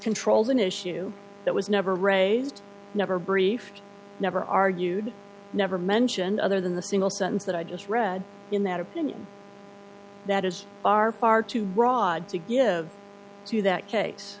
control an issue that was never raised never briefed never argued never mentioned other than the single sentence that i just read in that opinion that is far far too broad to give to that case